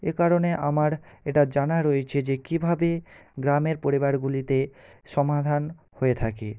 এ কারণে আমার এটা জানা রয়েছে যে কীভাবে গ্রামের পরিবারগুলিতে সমাধান হয়ে থাকে